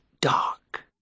dark